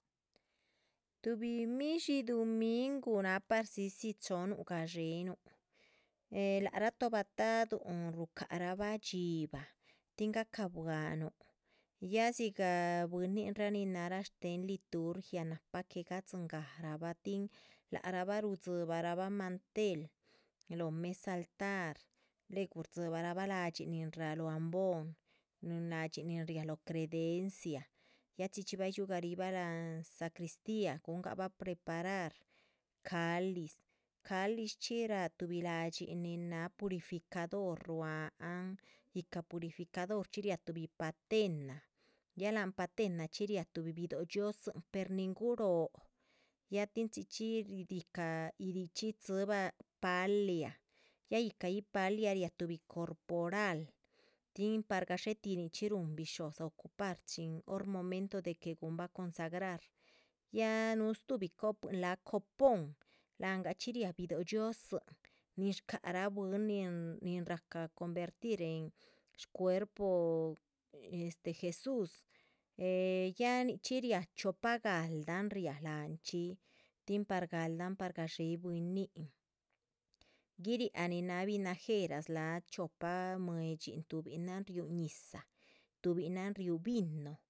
Tuhbi midshí duminguh náha parsihsi chohónuh gadxé nuh, eh lac rah tobataduhun rucahabah dxíbah tin gacabuanuh a dzigah bwíninraa nin náhara shtéhen liturgia. nahpa que gadzigahrabah tin ac rahbah rudzibarabah mantel lóho mesa altar, luegu rdzíbahrabah la´dxin nin náha lóh ambon, la´dxin nin riáha lóho credencia. ya chxí chxí bay dxiúhraribah láhan sacristiah, guhungabah preparar caliz, calizchxí ráha tuhbi la´dxin nin náha purificar ruáhan yíhca purificador chxí. riáha tuhbi patenah, ya láhan patenachxi riáh tuhbi bidóh dhxiózin per nin guróho ya tin chxí chxí, ri yíhca richxí tzíbah paliah, ya yíhcayih paliah riá. corporal tin par gadxé tih nichxí rúhun bisho´dza ocupar chin hor momento de que guhunba consagrar ya núhu stuhubi copuihin láha pon, láhan gachxí riáha bidóh dhxiózin. nin shcáha rah bwín nin nin rahca convertir en shcuerpo este jesús, eh ya nichxí riáha chiopa galdáhn riáh lanchxí tin par galdáhan par gadxé bwínin guiriáha nin. náha vinajeras láha chiopa muedxín tuhbinan riú ñizah tuhbinan riú vino.